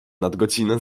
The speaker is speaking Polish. nadgodziny